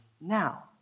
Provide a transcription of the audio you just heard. now